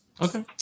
Okay